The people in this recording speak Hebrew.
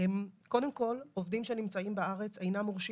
קודם כל עובדים שנמצאים בארץ אינם מורשים